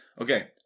Okay